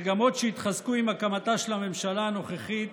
מגמות שהתחזקו עם הקמתה של הממשלה הנוכחית,